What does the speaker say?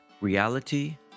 Reality